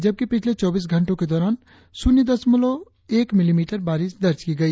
जबकि पिछले चौबीस घंटों के दौरान शून्य दशमलव एक मिलीमीटर बारिश दर्ज की गई